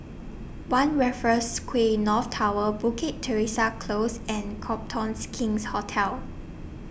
one Raffles Quay North Tower Bukit Teresa Close and Copthornes King's Hotel